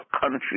country